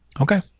Okay